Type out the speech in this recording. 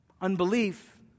Unbelief